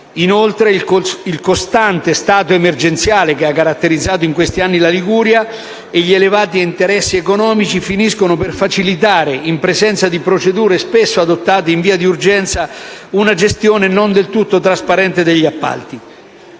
Inoltre, il costante stato emergenziale che ha caratterizzato in questi anni la Liguria e gli elevati interessi economici finiscono per facilitare, in presenza di procedure spesso adottate in via d'urgenza, una gestione non del tutto trasparente degli appalti.